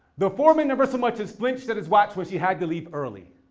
the foreman never so much as flinched at his watch when she had to leave early.